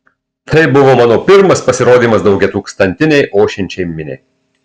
tai buvo mano pirmas pasirodymas daugiatūkstantinei ošiančiai miniai